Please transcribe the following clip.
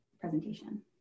presentation